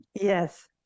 yes